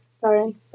Sorry